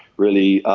really,